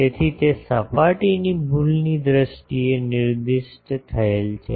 તેથી તે સપાટીની ભૂલની દ્રષ્ટિએ નિર્દિષ્ટ થયેલ છે